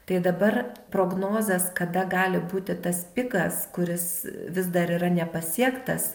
tai dabar prognozės kada gali būti tas pikas kuris vis dar yra nepasiektas